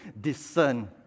discern